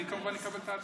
אני כמובן אקבל את ההצעה.